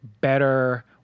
better